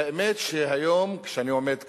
האמת, שהיום כשאני עומד כאן,